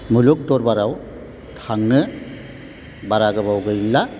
मुलुग दरबाराव थांनो बारा गोबाव गैला